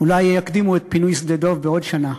אולי יקדימו את פינוי שדה-דב בעוד שנה,